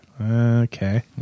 Okay